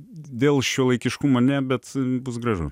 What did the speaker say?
dėl šiuolaikiškumo ne bet bus gražu